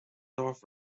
north